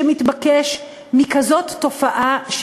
שמתבקש מכזאת תופעה,